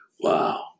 Wow